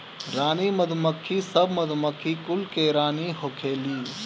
रानी मधुमक्खी सब मधुमक्खी कुल के रानी होखेली